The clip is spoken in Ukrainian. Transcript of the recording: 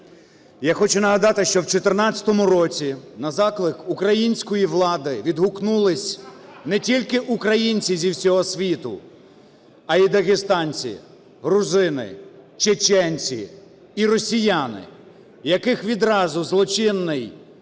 я хочу нагадати, що в 2014 році на заклик української влади відгукнулись не тільки українці з всього світу, а і дагестанці, грузини, чеченці і росіяни, яких відразу злочинний,